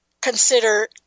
consider